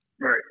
Right